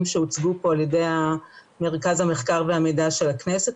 שהוצגו פה על ידי מרכז המחקר והמידע של הכנסת,